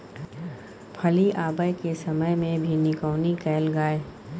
फली आबय के समय मे भी निकौनी कैल गाय?